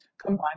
combine